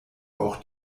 auch